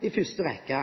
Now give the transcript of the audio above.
i første rekke.